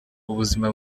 ubuzima